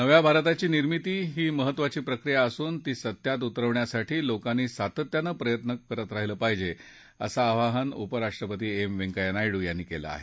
नव्या भारताची निर्मिती हे महत्वाची प्रक्रिया असून ती सत्यात उतरवण्यासाठी लोकांनी सातत्यानं प्रयत्न करत राहीलं पाहीजे असं आव्हान उपराष्ट्रपती एम व्यंकय्या नायडू यांनी केलं आहे